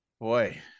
Boy